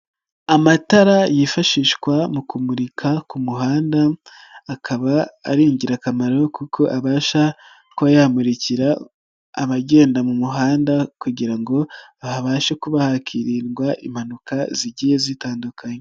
Amatara yifashishwa mu kumurika ku muhanda, akaba ari ingirakamaro kuko abasha kuyamurikira abagenda mu muhanda kugira ngo habashe kuba hakiririndwa impanuka zigiye zitandukanye.